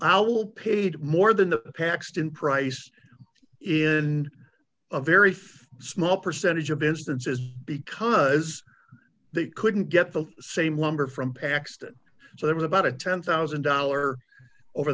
i will paid more than the paxton price is and a very small percentage of instances because they couldn't get the same lumber from paxton so there was about a ten thousand dollars over